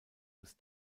als